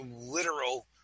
literal